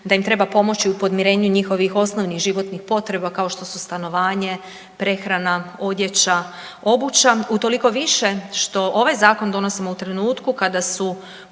da im treba pomoći u podmirenju njihovih osnovnih životnih potreba kao što su stanovanje, prehrana, odjeća, obuća utoliko više što ovaj zakon donosimo u trenutku kada su